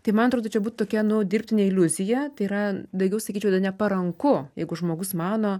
tai man atrodo čia būt tokia nu dirbtinė iliuzija tai yra daugiau sakyčiau neparanku jeigu žmogus mano